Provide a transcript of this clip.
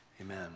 Amen